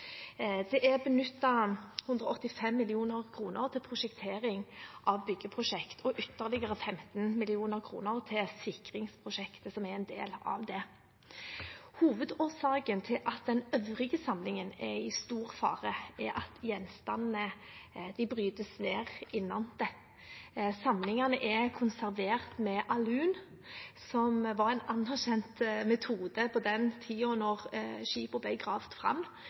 Det er benyttet 85 mill. kr til prosjektering av byggeprosjektet og ytterligere 15 mill. kr til sikringsprosjektet som er en del av dette. Hovedårsaken til at den øvrige samlingen er i stor fare, er at gjenstandene brytes ned innenfra. Samlingene er konservert med alun, noe som var en anerkjent metode på tiden da skipene ble gravet fram,